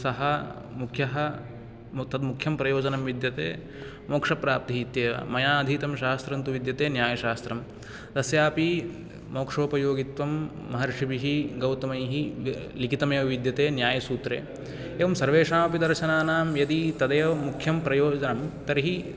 सः मुख्यः मु तद् मुख्यं प्रयोजनं विद्यते मोक्षप्राप्तिः इत्येव मया अधीतं शास्त्रं तु विद्यते न्यायशास्त्रम् तस्यापि मोक्षोपयोगित्वं महर्षिभिः गौतमैः लिखितम् एव विद्यते न्यायसूत्रे एवं सर्वेषाम् अपि दर्शनानां यदि तदेव मुख्यं प्रयोजनं तर्हि